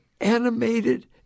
animated